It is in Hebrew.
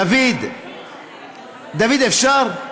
דוד, דוד, דוד, אפשר?